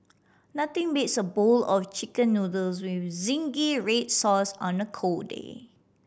nothing beats a bowl of Chicken Noodles with zingy read sauce on a cold day